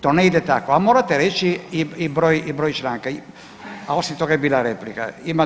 To ne ide tako, a morate reći i broj, i broj članka, a osim toga je bila replika.